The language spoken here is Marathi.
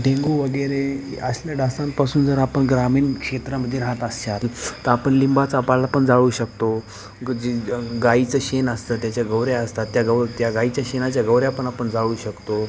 डेंगू वगैरे असल्या डासांपासून जर आपण ग्रामीण क्षेत्रामध्ये राहत असाल तर आपण लिंबाचा पाला पण जाळू शकतो ग् जे ग् गायीचं शेण असतं त्याच्या गोवऱ्या असतात त्या गोव् त्या गायीच्या शेणाच्या गोवऱ्या पण आपण जाळू शकतो